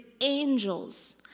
angels